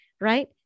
right